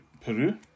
Peru